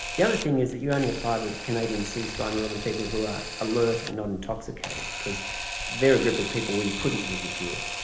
the other thing is that you only apply the canadian c-spine rule on and people who are alert and not intoxicated, because they are a group of people where you couldn't use this rule.